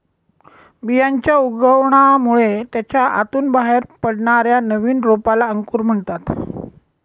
बियांच्या उगवणामुळे त्याच्या आतून बाहेर पडणाऱ्या नवीन रोपाला अंकुर म्हणतात